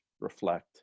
reflect